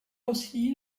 aussi